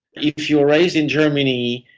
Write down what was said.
if you're raised in germany,